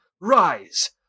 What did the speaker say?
Rise